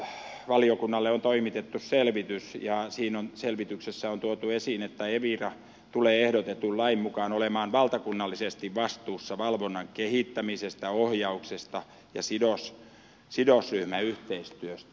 sitten valiokunnalle on vielä toimitettu selvitys ja siinä selvityksessä on tuotu esiin että evira tulee ehdotetun lain mukaan olemaan valtakunnallisesti vastuussa valvonnan kehittämisestä ohjauksesta ja sidosryhmäyhteistyöstä